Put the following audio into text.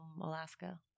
Alaska